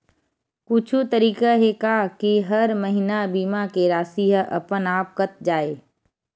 कुछु तरीका हे का कि हर महीना बीमा के राशि हा अपन आप कत जाय?